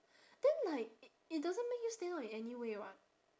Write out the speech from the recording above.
then like i~ it doesn't make you stand out in any way [what]